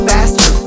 Faster